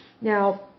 Now